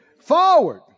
forward